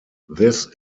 this